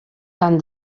tan